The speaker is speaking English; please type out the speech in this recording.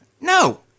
No